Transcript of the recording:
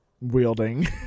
wielding